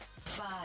Five